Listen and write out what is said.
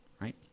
right